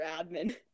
admin